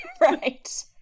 right